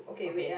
okay